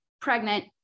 pregnant